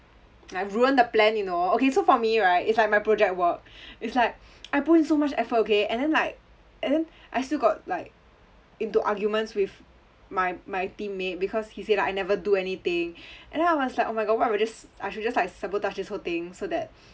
like ruin the plan you know okay so for me right it's like my project work it's like I put in so much effort okay and then like and then I still got like into arguments with my my teammate because he say like I never do anything and then I was like oh my god what I should just like sabotage this whole thing so that